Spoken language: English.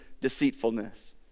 deceitfulness